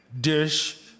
dish